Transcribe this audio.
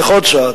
נלך עוד צעד.